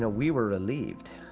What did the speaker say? ah we were relieved.